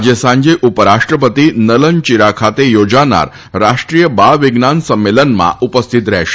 આજે સાંજે ઉપરાષ્ટ્રપતિ નલનચીરા ખાતે યોજાનાર રાષ્ટ્રીય બાળવિજ્ઞાન સંમેલનમાં ઉપસ્થિત રહેશે